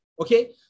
Okay